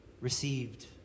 received